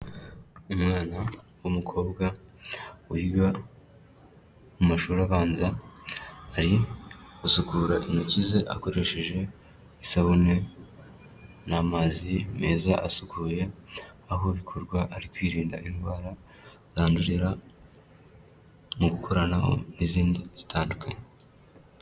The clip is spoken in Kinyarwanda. Umwana w'umukobwa wiga mu mashuri abanza ari gusukura intoki ze akoresheje isabune n'amazi meza asukuye, aho bikorwa ari kwirinda indwara zandurira mu gukoranaho n'izindi zitandukanye.